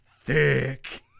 thick